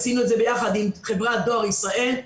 עשינו את זה ביחד עם חברת דואר ישראל.